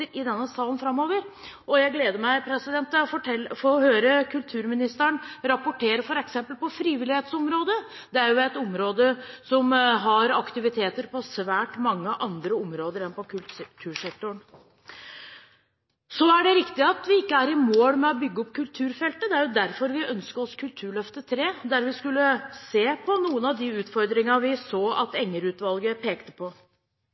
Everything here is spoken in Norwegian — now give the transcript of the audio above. i denne salen framover. Jeg gleder meg til å høre kulturministeren rapportere f.eks. på frivillighetsområdet, for frivilligheten har aktiviteter på svært mange andre områder enn på kultursektoren. Så er det riktig at vi ikke er i mål med å bygge opp kulturfeltet. Det er jo derfor vi ønsker oss Kulturløftet III, der vi skulle se på noen av de utfordringene vi så at Enger-utvalget pekte på.